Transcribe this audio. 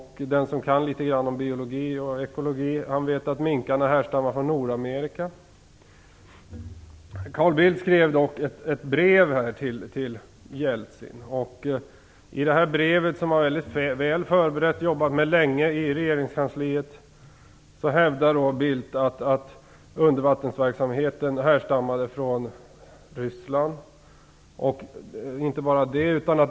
Den som kan litet grand om biologi och ekologi vet att minkarna härstammar från Nordamerika. Carl Bildt skrev ett brev till Jeltsin. I brevet som var väldigt väl förberett och som man jobbat med länge i regeringskansliet hävdar Bildt att undervattensverksamheten härstammade från Ryssland, och inte bara det.